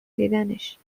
دیدنش